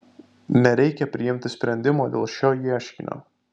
nereikia priimti sprendimo dėl šio ieškinio